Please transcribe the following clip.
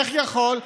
איך יכול,